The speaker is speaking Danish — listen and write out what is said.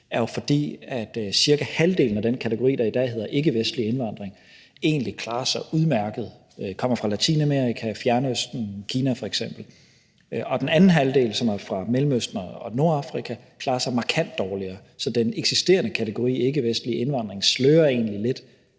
er jo, at cirka halvdelen af den kategori, der i dag hedder ikkevestlige indvandrere, egentlig klarer sig udmærket – de kommer fra Latinamerika og Fjernøsten, f.eks. Kina – og den anden halvdel, som er fra Mellemøsten og Nordafrika, klarer sig markant dårligere. Så den eksisterende kategori ikkevestlige indvandrere slører egentlig lidt,